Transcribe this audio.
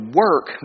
work